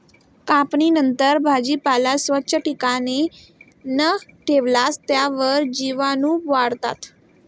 कापणीनंतर भाजीपाला स्वच्छ ठिकाणी न ठेवल्यास त्यावर जीवाणूवाढतात